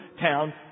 town